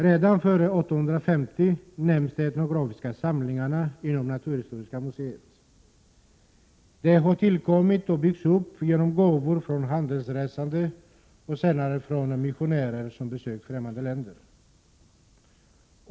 Redan före 1850 nämns de etnografiska samlingarna inom Naturhistoriska museet. Samlingarna har tillkommit och byggts upp genom gåvor från handelsresande och senare från missionärer som har besökt främmande länder.